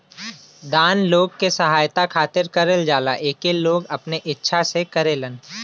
दान लोग के सहायता खातिर करल जाला एके लोग अपने इच्छा से करेलन